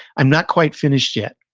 i'm not quite finished yet.